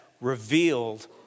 revealed